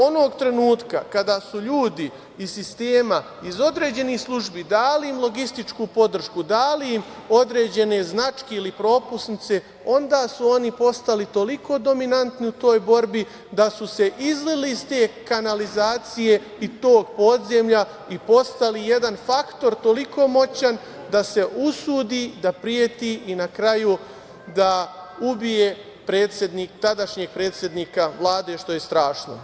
Onog trenutka kada su ljudi iz sistema, iz određenih službi dali logističku podršku, dali im određene značke ili propusnice, onda su oni postali toliko dominantni u toj borbi da su se izlili iz te kanalizacije i tog podzemlja i postali jedan faktor toliko moćan da se usudi da preti i na kraju da ubije tadašnjeg predsednika Vlade, što je strašno.